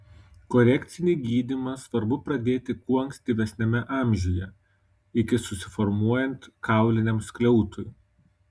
korekcinį gydymą svarbu pradėti kuo ankstyvesniame amžiuje iki susiformuojant kauliniam skliautui